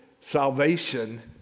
salvation